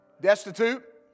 destitute